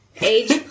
Age